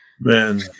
Man